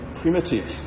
primitive